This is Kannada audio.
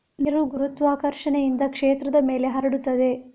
ನೀರು ಗುರುತ್ವಾಕರ್ಷಣೆಯಿಂದ ಕ್ಷೇತ್ರದ ಮೇಲೆ ಹರಡುತ್ತದೆ